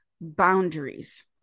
boundaries